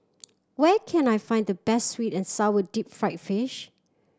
where can I find the best sweet and sour deep fried fish